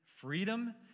freedom